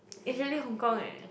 is really Hong-Kong eh